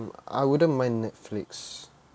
I wouldn't mind netflix